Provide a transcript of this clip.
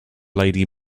lady